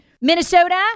Minnesota